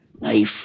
knife